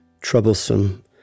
troublesome